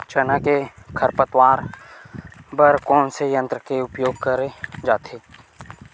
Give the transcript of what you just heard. चना के खरपतवार बर कोन से यंत्र के उपयोग करे जाथे?